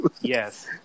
Yes